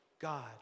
God